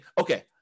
okay